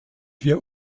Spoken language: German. wir